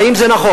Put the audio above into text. האם זה נכון?